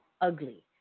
ugly